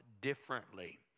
differently